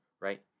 right